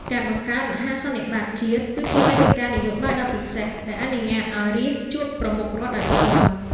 ការបង្កើត "មហាសន្និបាតជាតិ" គឺជាវេទិកានយោបាយដ៏ពិសេសដែលអនុញ្ញាតឱ្យរាស្ត្រជួបប្រមុខរដ្ឋដោយផ្ទាល់។